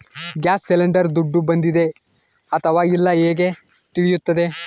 Gas cylinder ದುಡ್ಡು ಬಂದಿದೆ ಅಥವಾ ಇಲ್ಲ ಹೇಗೆ ತಿಳಿಯುತ್ತದೆ?